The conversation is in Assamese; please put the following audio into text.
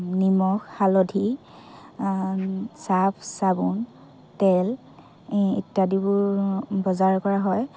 নিমখ হালধি চাৰ্ফ চাবোন তেল ইত্যাদিবোৰ বজাৰ কৰা হয়